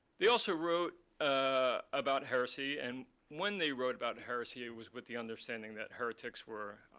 they also wrote ah about heresy. and when they wrote about heresy, it was with the understanding that heretics were